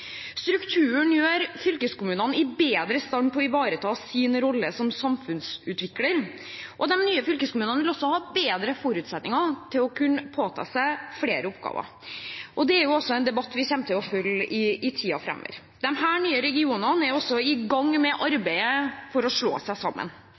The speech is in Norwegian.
Strukturen gjør fylkeskommunene bedre i stand til å ivareta sin rolle som samfunnsutvikler, og de nye fylkeskommunene vil ha bedre forutsetninger for å kunne påta seg flere oppgaver. Det er også en debatt vi kommer til å følge i tiden framover. Disse nye regionene er i gang med